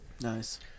nice